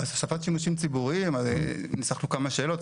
אז הוספת שימושים ציבוריים, ניסחנו כמה שאלות.